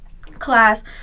class